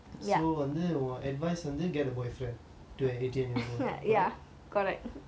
so வந்து உன்:vanthu un advice வந்து:vandhu get a boyfriend to your eighteen correct